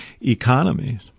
economies